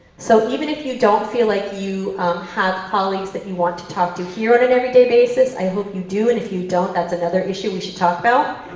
so even if you don't feel like you have colleagues that you want to talk to on an everyday basis, i hope you do and if you don't that's another issue we should talk about.